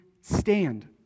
stand